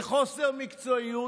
זה חוסר מקצועיות,